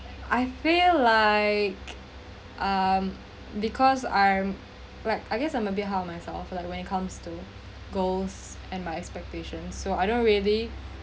I feel like um because I'm like I guess I'm a bit hard on myself for like when it comes to goals and my expectations so I don't really